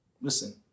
Listen